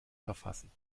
verfassen